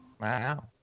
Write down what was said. Wow